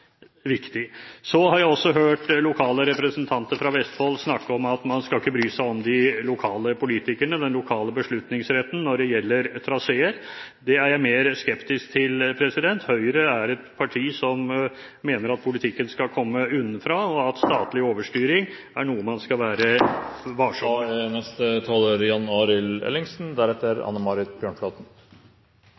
så raskt som mulig – f.eks. med noen andre løsninger, med noen alternativer – og at man har et åpent sinn, er viktig. Jeg har også hørt lokale representanter fra Vestfold snakke om at man ikke skal bry seg om de lokale politikerne, den lokale beslutningsretten, når det gjelder traseer. Det er jeg mer skeptisk til. Høyre er et parti som mener at politikken skal komme nedenfra, og at statlig overstyring er noe man skal